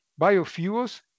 biofuels